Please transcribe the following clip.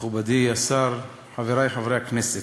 מכובדי השר, חברי חברי הכנסת,